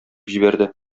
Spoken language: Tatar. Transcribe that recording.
җибәрде